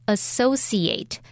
Associate